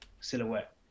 silhouette